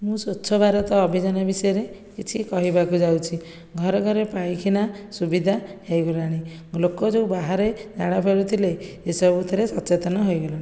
ମୁଁ ସ୍ୱଚ୍ଛ ଭାରତ ଅଭିଯାନ ବିଷୟରେ କିଛି କହିବାକୁ ଯାଉଛି ଘରେ ଘରେ ପାଇଖାନା ସୁବିଧା ହୋଇଗଲାଣି ଲୋକ ଯେଉଁ ବାହାରେ ଝାଡ଼ା ଫେରୁଥିଲେ ସେ ସବୁଥିରେ ସଚେତନ ହୋଇଗଲେଣି